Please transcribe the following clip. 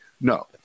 No